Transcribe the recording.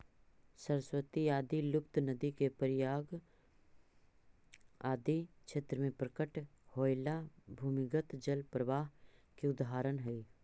सरस्वती आदि लुप्त नदि के प्रयाग आदि क्षेत्र में प्रकट होएला भूमिगत जल प्रवाह के उदाहरण हई